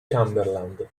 cumberland